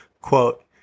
Quote